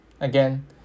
again